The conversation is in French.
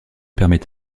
permet